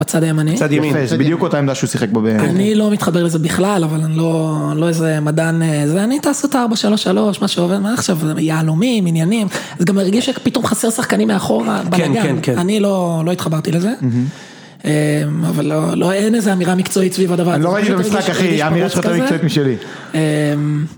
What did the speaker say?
בצד הימני, בדיוק אותה עמדה שהוא שיחק בו, אני לא מתחבר לזה בכלל אבל לא לא איזה מדען זה אני תעשו את ה433 מה שעובד מה עכשיו יהלומים עניינים, זה גם מרגיש שפתאום חסר שחקנים מאחורה, כן כן, אני לא התחברתי לזה, אבל לא אין איזה אמירה מקצועית סביב הדבר הזה, אני לא ראיתי במשחק אחי אמירה מקצועית משלי.